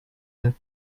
eine